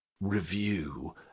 review